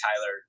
Tyler